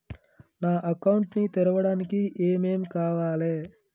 నా అకౌంట్ ని తెరవడానికి ఏం ఏం కావాలే?